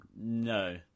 No